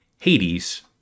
Hades